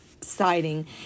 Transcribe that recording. siding